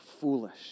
foolish